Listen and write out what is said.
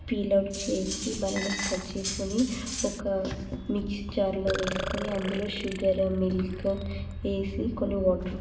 peel out చేసి bananas cut చేసుకొని ఒక మిక్సీ జార్లో వేసుకుని అందులో షుగర్ మిల్క్ వేసి కొన్ని వాటర్